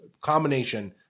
combination